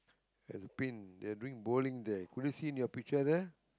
there is a pin there are doing bowling there could you see in your picture there